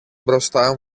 μπροστά